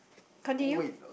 continue